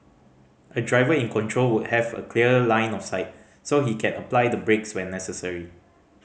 a driver in control would have a clear line of sight so he can apply the brakes when necessary